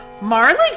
Marley